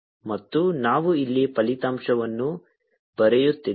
ಮತ್ತು ನಾನು ಇಲ್ಲಿ ಫಲಿತಾಂಶವನ್ನು ಬರೆಯುತ್ತಿದ್ದೇನೆ